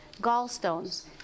gallstones